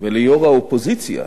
וליו"ר האופוזיציה